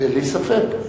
בלי ספק.